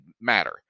matter